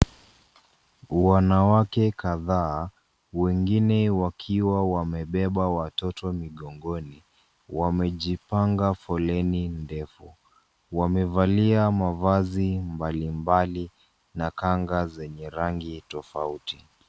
Wanawake kadhaa wengine wakiwa wamebeba watoto migongoni wamejipanga foleni ndefu. Wamevalia mavazi mbalimbali na kanga zenye rangi tofauti.